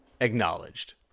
Acknowledged